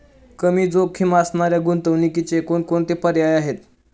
कमी जोखीम असणाऱ्या गुंतवणुकीचे कोणकोणते पर्याय आहे?